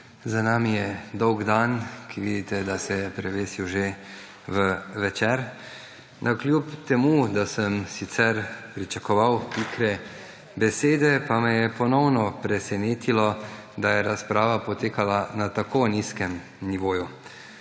Za nami je dolg dan, ki vidite, da se je prevesil že v večer. Kljub temu da sem sicer pričakoval pikre besede, me je ponovno presenetilo, da je razprava potekala na tako nizkem nivoju.